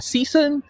Season